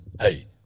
Hey